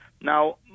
Now